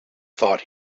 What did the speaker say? thought